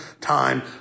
time